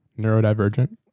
Neurodivergent